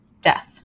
death